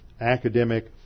academic